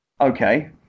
Okay